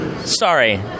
sorry